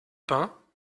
pain